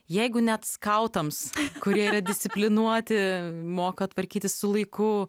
jeigu net skautams kurie yra disciplinuoti moka tvarkytis su laiku